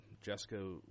Jessica